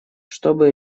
чтобы